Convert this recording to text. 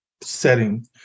setting